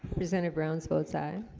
presenter browns both side